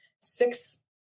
six